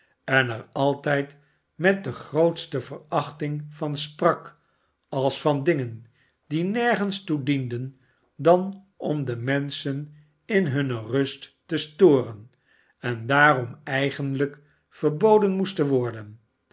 en er altijd met de grootste verachting van sprak als van dingen die nergens toe dienden dan om de menschen in hunne rust te storen en daarom eigenlijk verboden moesten worden